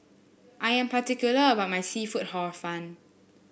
I am particular about my seafood Hor Fun